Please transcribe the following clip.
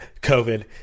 COVID